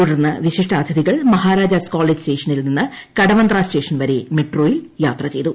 തുടർന്ന് വിശിഷ്ടാതിഥികൾ മഹാരാജാസ് കോളേജ് സ്റ്റേഷനിൽ നിന്ന് കടവന്ത്ര സ്റ്റേഷൻ വരെ മെട്രോയിൽ യാത്ര ചെയ്തു